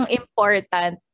important